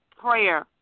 prayer